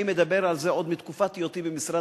אני מדבר על זה עוד מתקופת היותי במשרד